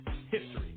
history